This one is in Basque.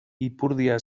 ipurdia